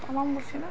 কিমান বৈছিলা